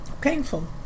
Painful